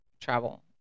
travel